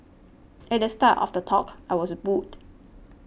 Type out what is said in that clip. at the start of the talk I was booed